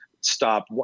stop